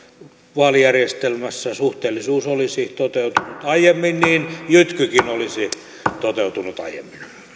vaalijärjestelmässä suhteellisuus olisi toteutunut aiemmin niin jytkykin olisi toteutunut aiemmin